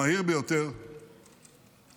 כמעט המהיר ביותר בעולם.